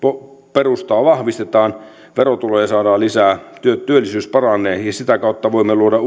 perustaa vahvistetaan verotuloja saadaan lisää työllisyys paranee ja sitä kautta voimme luoda